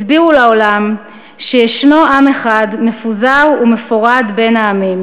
הסבירו לעולם שישנו עם אחד מפוזר ומפורד בין העמים,